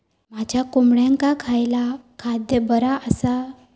माझ्या कोंबड्यांका खयला खाद्य बरा आसा?